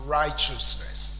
righteousness